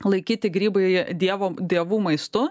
laikyti grybai dievo dievų maistu